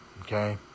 Okay